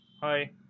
Hi